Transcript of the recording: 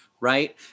right